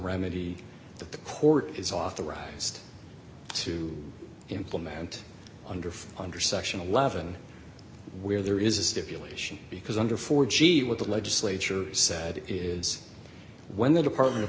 that the court is authorized to implement under under section eleven where there is a stipulation because under four g with the legislature said it is when the department of